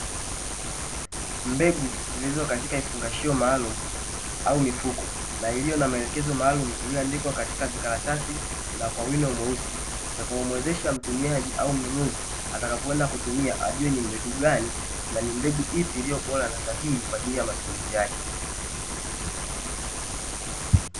Mbegu zilizo katika vifungashio maalumu au mifuko, na iliyo na maelekezo maalumu iliyoandikwa katika vikaratasi na kwa wino mweusi, itakayomwezesha mtumiaji au mnunuzi atakapoenda kutumia, ajue ni mbegu gani, na ni mbegu ipi, iliyo bora na sahihi kwa ajili ya matumizi yake.